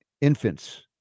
infants